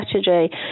strategy